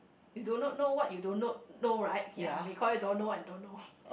you do not know what you do not know know right ya we call it don't know and don't know